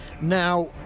Now